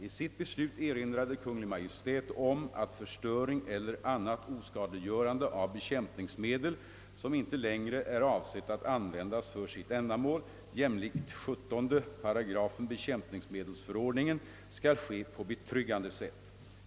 I sitt beslut erinrade Kungl. Maj:t om att förstöring eller annat oskadliggörande av bekämpningsmedel, som inte längre är avsett att användas för sitt ändamål, jämlikt 17 § bekämpningsmedelsförordningen skall ske på betryggande sätt.